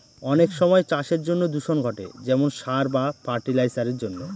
অনেক সময় চাষের জন্য দূষণ ঘটে যেমন সার বা ফার্টি লাইসারের জন্য